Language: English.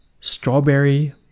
Strawberry